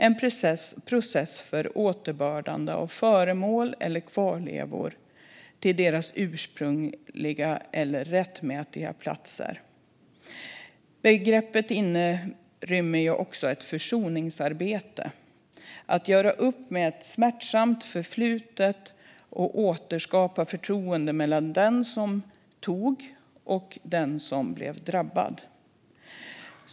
Repatriering är en process för återbördande av föremål eller kvarlevor till deras ursprungliga eller rättmätiga platser. Begreppet inrymmer också ett försoningsarbete: att göra upp med ett smärtsamt förflutet och återskapa förtroendet mellan den som tog och den som blev drabbad.